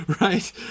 right